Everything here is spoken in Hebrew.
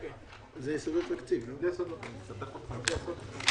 -- יש לנו שתי הוראות שמתייחסות לשני מצבים שונים.